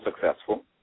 successful